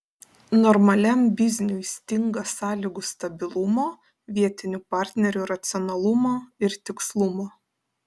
normaliam bizniui stinga sąlygų stabilumo vietinių partnerių racionalumo ir tikslumo